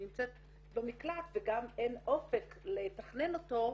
נמצאת במקלט וגם אין אופק לתכנן אותו,